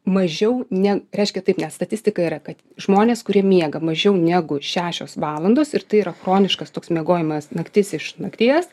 mažiau ne reiškia taip nes statistika yra kad žmonės kurie miega mažiau negu šešios valandos ir tai yra chroniškas toks miegojimas naktis iš nakties